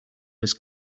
was